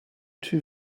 two